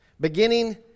beginning